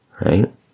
Right